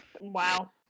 Wow